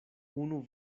unu